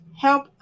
help